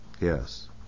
Yes